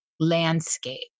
landscape